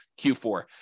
Q4